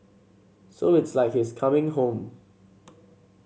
so it's like he's coming home